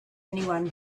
anyone